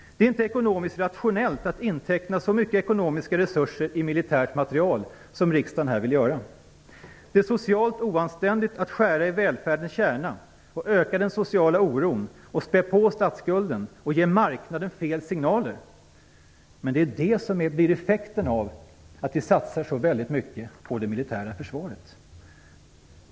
Det är inte ekonomiskt rationellt att inteckna så mycket av ekonomiska resurser i militär materiel som riksdagen här vill göra. Det är socialt oanständigt att skära i välfärdens kärna, öka den sociala oron, spä på statsskulden och ge marknaden fel signaler. Det är ju det som blir effekten av att vi satsar så väldigt mycket på det militära försvaret.